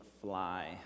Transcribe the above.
fly